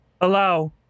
allow